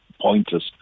pointless